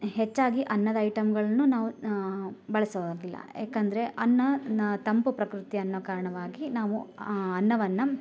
ಹೆಚ್ಚಾಗಿ ಅನ್ನದ ಐಟಮ್ಗಳ್ನು ನಾವು ಬಳಸೋದಿಲ್ಲ ಯಾಕಂದರೆ ಅನ್ನ ನ ತಂಪು ಪ್ರಕೃತಿ ಅನ್ನೋ ಕಾರಣವಾಗಿ ನಾವು ಅನ್ನವನ್ನ